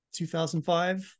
2005